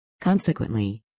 Consequently